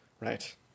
Right